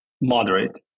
moderate